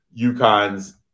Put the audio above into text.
UConn's